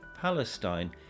Palestine